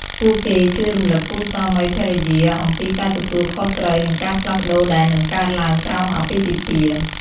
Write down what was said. ពួកគេជួយរំលឹកគូស្វាមីភរិយាអំពីការទទួលខុសត្រូវ និងការផ្លាស់ប្តូរដែលនឹងកើតឡើងក្រោមអាពាហ៍ពិពាហ៍។